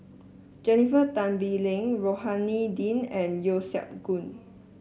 Jennifer Tan Bee Leng Rohani Din and Yeo Siak Goon